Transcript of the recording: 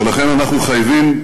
ולכן אנחנו חייבים,